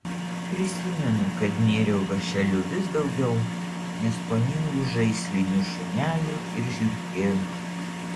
prisimenu kad nėriau vąšeliu vis daugiau neskoningų žaislinių šunelių ir žiurkėnų